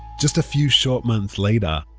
just a few short months later,